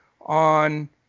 on